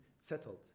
settled